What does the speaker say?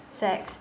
sex